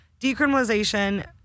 decriminalization